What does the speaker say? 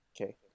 okay